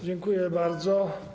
Dziękuję bardzo.